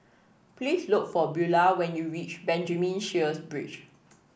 Please look for Beulah when you reach Benjamin Sheares Bridge